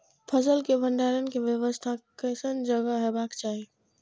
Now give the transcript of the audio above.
फसल के भंडारण के व्यवस्था केसन जगह हेबाक चाही?